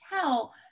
tell